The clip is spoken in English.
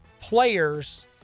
players